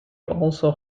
also